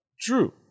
true